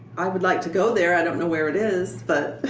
i would like to go there, i don't know where it is. but